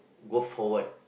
go forward